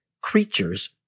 creatures